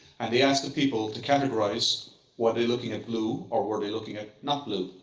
and they asked the people to categorize were they looking at blue or were they looking at not blue.